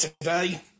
today